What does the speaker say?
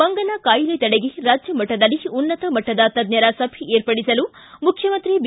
ಮಂಗನ ಕಾಯಿಲೆ ತಡೆಗೆ ರಾಜ್ಯ ಮಟ್ಟದಲ್ಲಿ ಉನ್ನತ ಮಟ್ಟದ ತಜ್ಜರ ಸಭೆ ಏರ್ಪಡಿಸಲು ಮುಖ್ಯಮಂತ್ರಿ ಬಿ